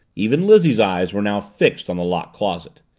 even lizzie's eyes were now fixed on the locked closet.